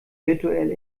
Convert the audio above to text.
virtuell